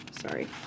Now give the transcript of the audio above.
Sorry